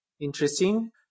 interesting